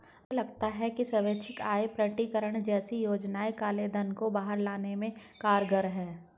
मुझे लगता है कि स्वैच्छिक आय प्रकटीकरण जैसी योजनाएं काले धन को बाहर लाने में कारगर हैं